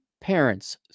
parents